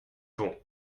bon